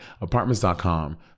Apartments.com